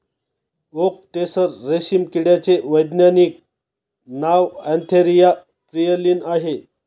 okay tasar रेशीम किड्याचे वैज्ञानिक नाव अँथेरिया प्रियलीन आहे